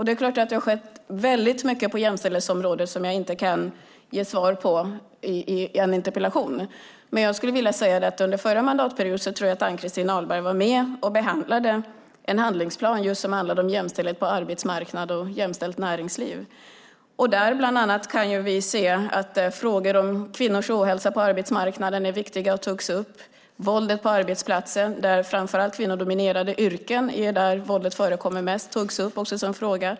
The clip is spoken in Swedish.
Det är klart att det har skett väldigt mycket på jämställdhetsområdet som jag inte kan ge svar på i en interpellationsdebatt, men jag skulle vilja säga att jag tror att Ann-Christin Ahlberg under förra mandatperioden var med och behandlade just en handlingsplan som handlade om jämställdhet på arbetsmarknaden och ett jämställt näringsliv. Där kan vi bland annat se att frågor om kvinnors ohälsa på arbetsmarknaden är viktiga och togs upp. Våldet på arbetsplatser - det är framför allt i kvinnodominerade yrken våldet förekommer - togs också upp som en fråga.